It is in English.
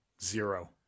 Zero